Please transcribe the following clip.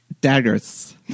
Daggers